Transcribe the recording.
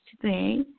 today